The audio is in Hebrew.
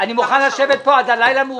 אני מוכן לשבת פה עד הלילה.